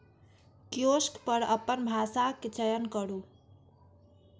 kiosk पर अपन भाषाक चयन करू